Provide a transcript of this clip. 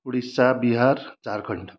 Odisha Bihar Jharkhand